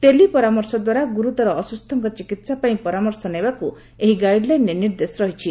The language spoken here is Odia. ଟେଲି ପରାମର୍ଶ ଦ୍ୱାରା ଗୁରୁତର ଅସୁସୁଙ୍କ ଚିକିହା ପାଇଁ ପରାମର୍ଶ ନେବାକୁ ଏହି ଗାଇଡ୍ ଲାଇନରେ ନିର୍ଦ୍ଦେଶ ରହିଛି